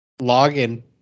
login